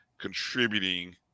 contributing